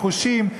החושים,